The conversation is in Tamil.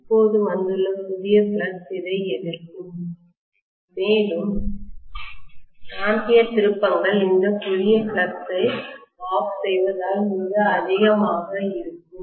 இப்போது வந்துள்ள புதிய ஃப்ளக்ஸ் இதை எதிர்க்கும் மேலும் ஆம்பியர் திருப்பங்கள் இந்த புதிய ஃப்ளக்ஸ் ஐ ஆஃப் செய்வதால் மிக அதிகமாக இருக்கும்